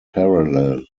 parallel